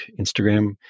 Instagram